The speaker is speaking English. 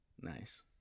nice